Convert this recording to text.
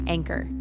Anchor